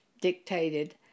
dictated